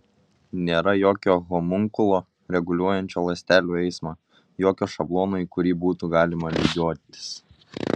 nėra jokio homunkulo reguliuojančio ląstelių eismą jokio šablono į kurį būtų galima lygiuotis